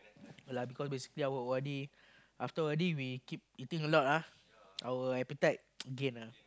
uh lah basically our O_R_D after O_R_D we keep eating a lot lah our appetite gain ah